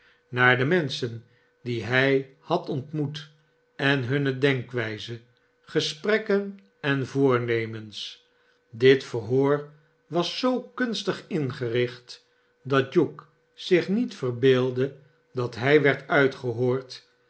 naar de menschen die hij had ontmoet en hunne denkwijze gesprekken en voornemens dit verhoor was zoo kunstig rngencht dat hugh zich niet verbeeldde dat hij werd uitgehoord